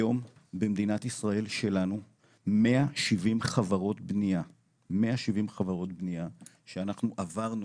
היום במדינת ישראל שלנו 170 חברות בנייה שאנחנו עברנו,